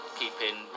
keeping